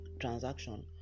transaction